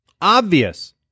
obvious